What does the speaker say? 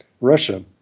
Russia